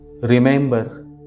Remember